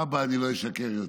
אבא, אני לא אשקר יותר,